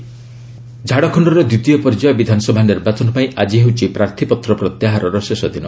EC Jharkhand ଝାଡଖଣ୍ଡର ଦ୍ୱିତୀୟ ପର୍ଯ୍ୟାୟ ବିଧାନସଭା ନିର୍ବାଚନ ପାଇଁ ଆଜି ହେଉଛି ପ୍ରାର୍ଥୀ ପତ୍ର ପ୍ରତ୍ୟାହାରର ଶେଷ ଦିନ